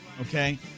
Okay